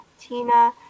Tina